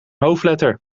hoofdletter